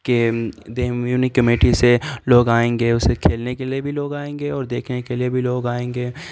کے دیہہ میونک کمیٹی سے لوگ آئیں گے اسے کھیلنے کے لیے بھی لوگ آئیں گے اور دیکھنے کے لیے بھی لوگ آئیں گے